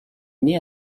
née